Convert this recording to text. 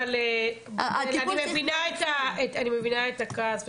אני מבינה את הכעס,